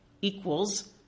equals